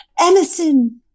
Emerson